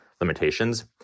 limitations